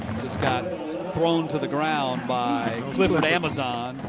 just got thrown to the ground by clifford amazan.